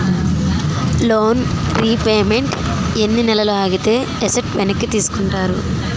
Loan repayment ఎన్ని నెలలు ఆగితే ఎసట్ వెనక్కి తీసుకుంటారు?